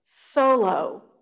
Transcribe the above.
solo